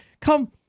come